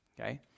Okay